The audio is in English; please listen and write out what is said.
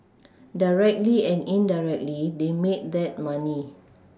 directly and indirectly they made that money